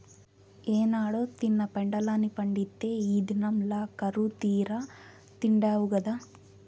ఏనాడో తిన్న పెండలాన్ని పండిత్తే ఈ దినంల కరువుతీరా తిండావు గదా